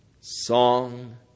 song